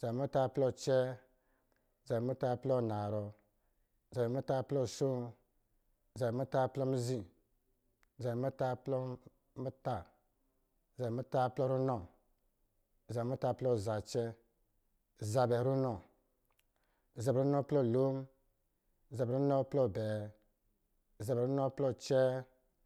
zabɛ muta plɔ acɛɛ, zabɛ muta plɔ anarɔ, zabɛ muta plɔ asoo, zabɛ muta plɔ mizi, zabɛ muta plɔ muta, zabɛ muta plɔ ranɔ, zabɛ runɔ, zabɛ runɔ plɔ lon, zabɛ runɔ plɔ abɛɛ, zabɛ runɔ plɔ acɛɛ